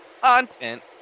content